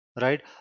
right